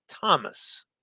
Thomas